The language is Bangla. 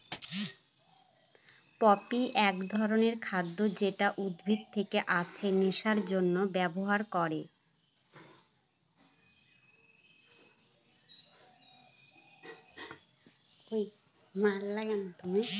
পপি এক ধরনের খাদ্য যেটা উদ্ভিদ থেকে আছে নেশার জন্যে ব্যবহার করে